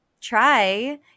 try